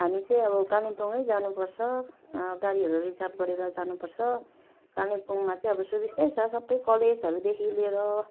हामी चाहिँ अब कालिम्पोङै जानु पर्छ गाडीहरू रिजर्भ गरेर जानु पर्छ कालिम्पोङमा चाहिँ अब सुबिस्तै छ सबै कलेजहरूदेखि लिएर